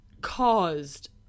caused